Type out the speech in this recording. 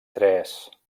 tres